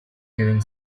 giving